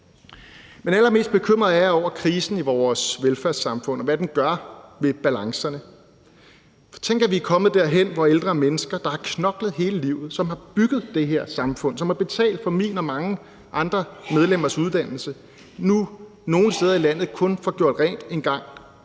Men allermest bekymret er jeg over krisen i vores velfærdssamfund, og hvad den gør ved balancerne. Tænk, at vi er kommet derhen, hvor ældre mennesker, der har knoklet hele livet, som har bygget det her samfund op, og som har betalt for min og mange andre medlemmers uddannelse, nu nogle steder i landet kun får gjort rent en gang